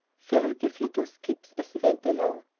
phil gave little skips as he went along.